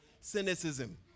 cynicism